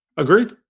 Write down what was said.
Agreed